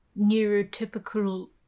neurotypical